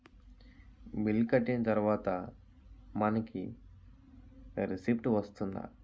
Bill కట్టిన తర్వాత మనకి రిసీప్ట్ వస్తుందా?